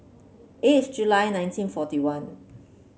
eighth July nineteen forty one